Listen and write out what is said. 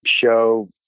show